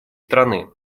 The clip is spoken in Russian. страны